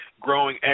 growing